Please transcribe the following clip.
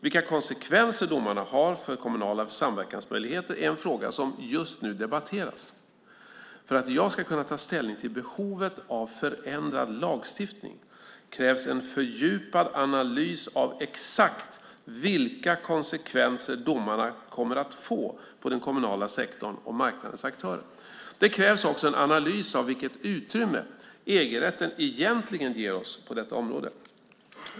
Vilka konsekvenser domarna har för kommunala samverkansmöjligheter är en fråga som just nu debatteras. För att jag ska kunna ta ställning till behovet av förändrad lagstiftning krävs en fördjupad analys av exakt vilka konsekvenser domarna kommer att få på den kommunala sektorn och marknadens aktörer. Det krävs också en analys av vilket utrymme EG-rätten egentligen ger oss på detta område.